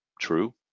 true